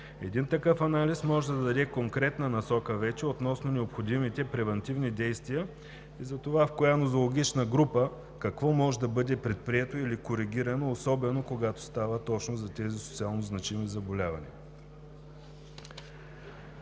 сравнителен анализ вече може да даде конкретна насока относно необходимите превантивни действия, за това в коя методологична група какво може да бъде предприето или коригирано, особено когато става дума точно за тези социално значими заболявания.